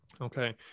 Okay